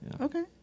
Okay